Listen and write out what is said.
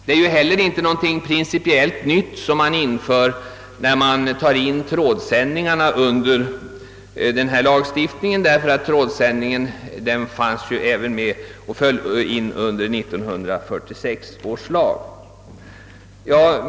Det är inte heller någonting principiellt nytt som man inför, när man tar in trådsändningarna under denna lag stiftning, eftersom de även faller in under 1946 års lag.